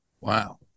Wow